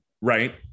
right